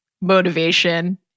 motivation